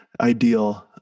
ideal